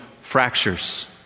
fractures